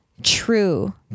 True